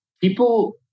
people